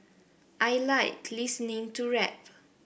I like listening to rap